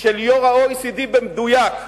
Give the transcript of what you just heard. של יו"ר ה-OECD במדויק.